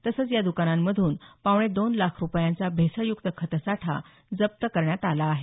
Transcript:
तसंच या दुकानांमधून पावणे दोन लाख रुपयांचा भेसळयुक्त खतसाठा जप्त करण्यात आला आहे